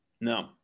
No